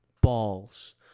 Balls